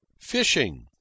Fishing